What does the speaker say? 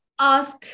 ask